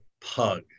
pug